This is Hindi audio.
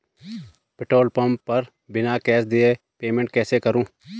पेट्रोल पंप पर बिना कैश दिए पेमेंट कैसे करूँ?